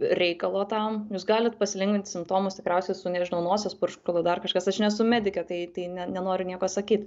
reikalo tam jūs galit pasilengvinti simptomus tikriausiai su nežinau nosies purškalu dar kažkas aš nesu medikė tai tai ne nenoriu nieko sakyt